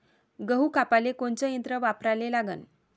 गहू कापाले कोनचं यंत्र वापराले लागन?